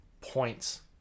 Points